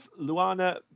Luana